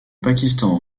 pakistan